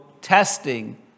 testing